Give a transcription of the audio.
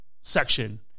section